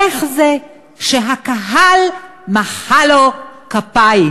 איך זה שהקהל מחא לו כפיים?